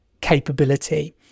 capability